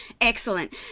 excellent